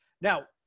Now